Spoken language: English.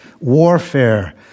warfare